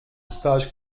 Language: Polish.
staś